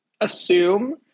assume